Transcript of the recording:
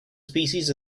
species